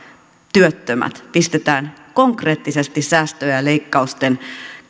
työttömät pistetään konkreettisesti säästöjen ja leikkausten